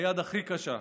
היד הכי קשה,